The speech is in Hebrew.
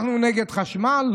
אנחנו נגד חשמל?